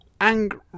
angry